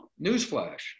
newsflash